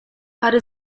pary